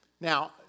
Now